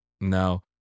No